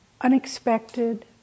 unexpected